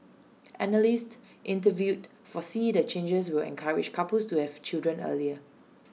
analysts interviewed foresee the changes will encourage couples to have children earlier